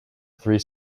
three